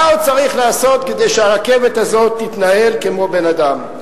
מה עוד צריך לעשות כדי שהרכבת תתנהל כמו בן-אדם?